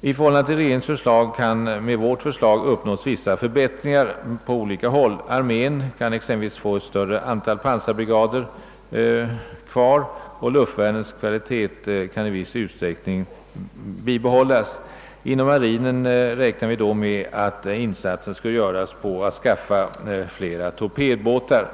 I förhållande till regeringens förslag innebär alltså vårt förslag vissa förbättringar på olika håll. Armén kan exempelvis få behålla ett större antal pansarbrigader, och luftvärnets kvalitet kan i viss utsträckning bibehållas. Inom marinen räknar vi då med att insatser skall göras för att skaffa flera torpedbåtar.